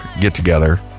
get-together